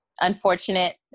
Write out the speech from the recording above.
unfortunate